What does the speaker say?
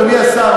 אדוני השר,